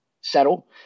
settle